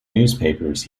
newspapers